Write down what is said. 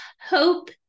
Hope